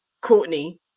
Courtney